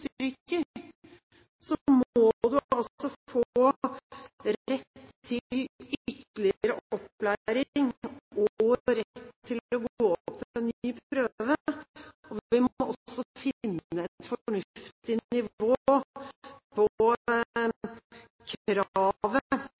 må man altså få rett til ytterligere opplæring og rett til å gå opp til ny prøve. Vi må også finne et fornuftig nivå på kravet